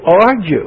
argue